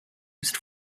used